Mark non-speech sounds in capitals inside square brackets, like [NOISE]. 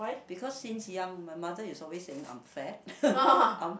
because since young my mother is always saying I'm fat [LAUGHS] I'm